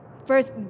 first